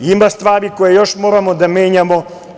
Ima stvari koje još moramo da menjamo.